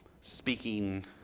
speaking